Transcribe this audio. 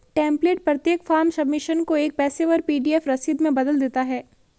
template प्रत्येक form submission को एक पेशेवर पी.डी.एफ रसीद में बदल देता है